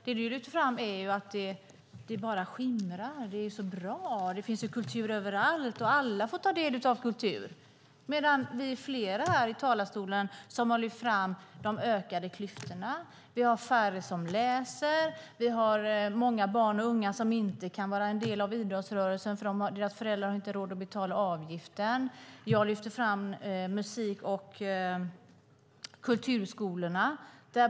Det du lyfter fram är bara att det skimrar, att det är så bra, att det finns kultur överallt och att alla får ta del av kultur, medan vi är flera som i talarstolen har lyft fram de ökade klyftorna, att det är färre som läser och att många barn och unga inte kan vara en del av idrottsrörelsen eftersom deras föräldrar inte har råd att betala avgiften. Jag lyfte fram musik och kulturskolorna.